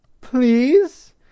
please